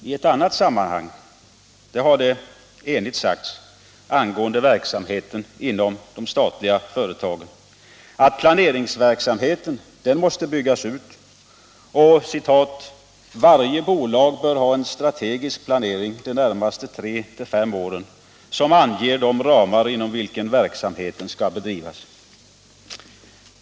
I ett annat sammanhang har det enigt sagts angående verksamheten inom de statliga företagen att planeringsverksamheten måste byggas ut och att varje bolag bör ha en strategisk planering de närmaste tre-fem åren som anger de ramar inom vilka verksamheten skall bedrivas.